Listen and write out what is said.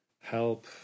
help